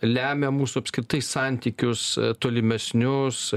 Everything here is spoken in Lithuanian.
lemia mūsų apskritai santykius tolimesnius